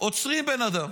עוצרים בן אדם.